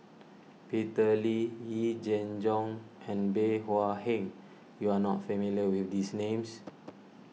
Peter Lee Yee Jenn Jong and Bey Hua Heng you are not familiar with these names